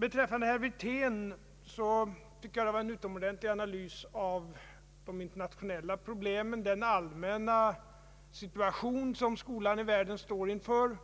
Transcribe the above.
Herr Wirtén gjorde en utomordentligt bra analys av de internationella problemen och den allmänna situation som skolan i världen står inför.